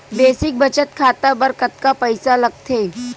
Basic बचत खाता बर कतका पईसा लगथे?